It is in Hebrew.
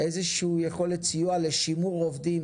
יכולת סיוע לשימור עובדים,